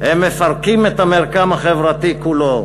הם מפרקים את המרקם החברתי כולו.